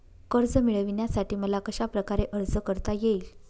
कर्ज मिळविण्यासाठी मला कशाप्रकारे अर्ज करता येईल?